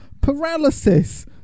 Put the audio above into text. Paralysis